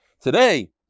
Today